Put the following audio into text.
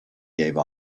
gave